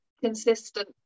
consistent